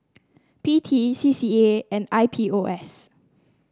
P T C C A and I P O S